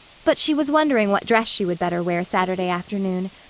but she was wondering what dress she would better wear saturday afternoon,